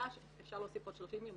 אפשר להוסיף עוד 30 יום,